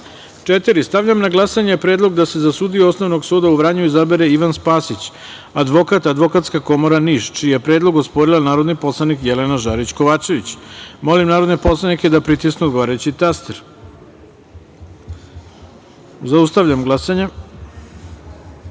Stavljam na glasanje predlog da se za sudiju Osnovnog suda u Vranju izabere Ivan Spasić, advokat, Advokatska komora Niš, čiji je predlog osporila narodni poslanik Jelena Žarić Kovačević. Molim narodne poslanike da pritisnu odgovarajući taster. Zaustavljam glasanje: